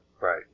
Right